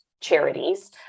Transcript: charities